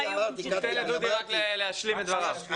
ניתן לדודי להשלים את דבריו.